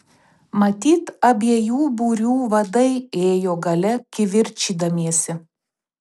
matyt abiejų būrių vadai ėjo gale kivirčydamiesi